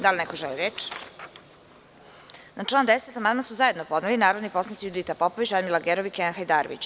Da li ne ko želi reč? (Ne.) Na član 10. amandman su zajedno podneli narodni poslanici Judita Popović, Radmila Gerov i Kenan Hajdarević.